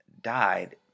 died